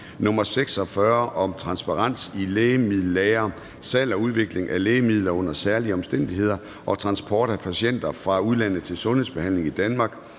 (Transparens i lægemiddellagre, salg og udlevering af lægemidler under særlige omstændigheder og transport af patienter fra udlandet til sundhedsbehandling i Danmark